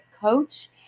coach